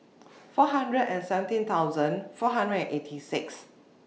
four hundred and seventeen thousand four hundred eighty six